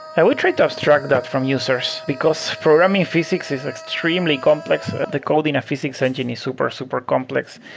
i would try to abstract that from users, because for me, physics is extremely complex. the code in a physics engine is super, super complex.